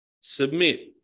Submit